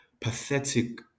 pathetic